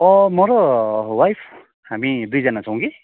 म र वाइफ हामी दुईजना छौँ कि